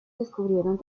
descubrieron